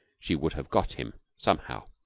she would have got him somehow,